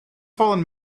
fallen